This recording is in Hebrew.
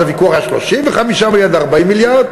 אז הוויכוח היה אם 35 מיליארד או 40 מיליארד,